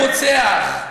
הוא רוצח.